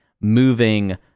moving